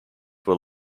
were